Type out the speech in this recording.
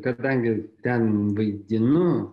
kadangi ten vaidinu